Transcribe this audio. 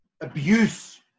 abuse